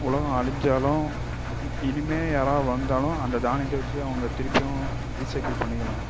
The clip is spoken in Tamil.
உலகம் அழிஞ்சாலும் இப் இனிமே யாராவது வந்தாலும் அந்த தானியத்தை வச்சு திருப்பியும் ரீசைக்கிள் பண்ணிக்கலாம்